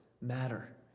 matter